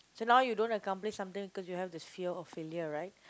so now you don't accomplish something cause you have this fear of failure right